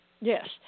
Yes